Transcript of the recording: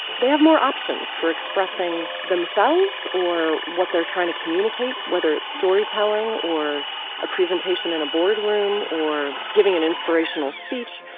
they have more options for expressing themselves or what they're trying to communicate, whether it's storytelling or a presentation in a boardroom, or giving an inspirational speech.